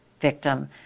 victim